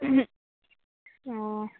অঁ